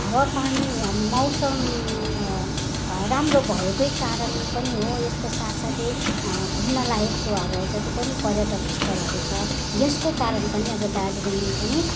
हावापानी अब मौसम राम्रो भएकै कारण पनि हो यसको साथसाथै घुम्नलायकको अब जति पनि पर्यटक स्थलहरू छ यसको कारण पनि अब दार्जिलिङ पनि